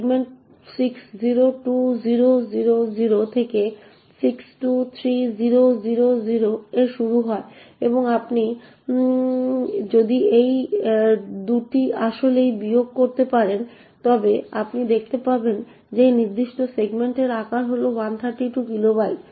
segment 602000 থেকে 623000 এ শুরু হয় এবং আপনি যদি এই 2টি আসলেই বিয়োগ করতে পারেন তবে আপনি দেখতে পাবেন যে এই নির্দিষ্ট সেগমেন্টের আকার হল 132 কিলোবাইট